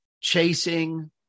chasing